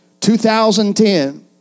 2010